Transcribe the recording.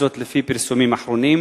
וזאת לפי פרסומים אחרונים,